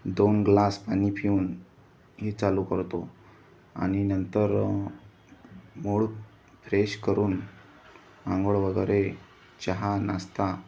दोन ग्लास पाणी पिऊन ही चालू करतो आणि नंतर मूड फ्रेश करून आंघोळ वगैरे चहा नाश्ता